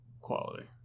quality